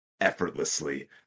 effortlessly